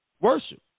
Worship